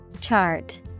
Chart